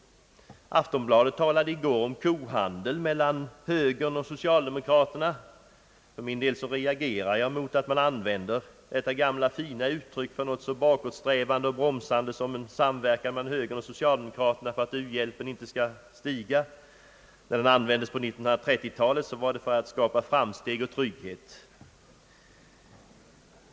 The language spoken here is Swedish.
Aftonbladet talade i går om kohandel mellan högern och socialdemokraterna. För min del reagerar jag mot att man använder detta gamla fina uttryck till något så bakåtsträvande och bromsande som en samverkan mellan högern och socialdemokraterna för att u-hjälpen inte skall stiga som vi föreslagit. När det användes på 30-talet var det för att skapa framsteg och trygghet.